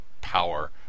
power